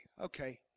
Okay